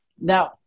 Now